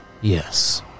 yes